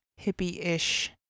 hippie-ish